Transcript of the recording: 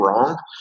wrong